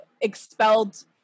expelled